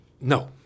No